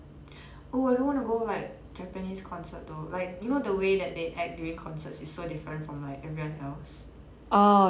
oh I do wanna go like japanese concert though like you know the way that they act during concerts is so different from like everyone else